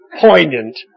poignant